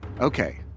Okay